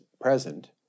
present